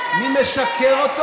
זוהר, אני רוצה 9,000 שקל פנסיה לאבא